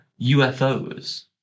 UFOs